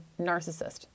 narcissist